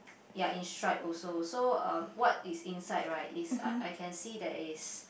ya in stripe also so uh what is inside right is I I can see that it